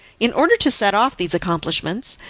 in order to set off these accomplishments,